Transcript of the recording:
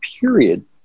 period